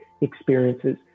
experiences